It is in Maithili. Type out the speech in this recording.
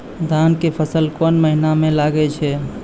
धान के फसल कोन महिना म लागे छै?